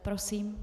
Prosím.